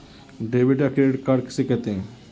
Debit या credit card किसे कहते हैं?